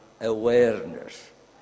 awareness